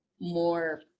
more